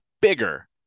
bigger